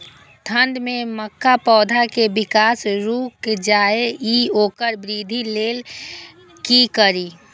ठंढ में मक्का पौधा के विकास रूक जाय इ वोकर वृद्धि लेल कि करी?